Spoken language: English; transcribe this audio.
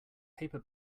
paper